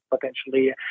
potentially